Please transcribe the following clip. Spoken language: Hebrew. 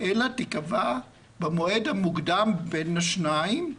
אלא ייקבע במועד המוקדם מבין השניים,